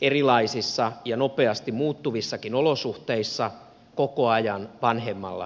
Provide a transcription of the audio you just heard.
erilaisissa ja nopeasti muuttuvissakin olosuhteissa koko ajan vanhemmalla kalustolla